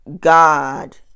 God